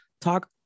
talk